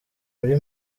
muri